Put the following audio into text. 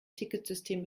ticketsystem